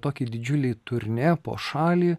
tokį didžiulį turnė po šalį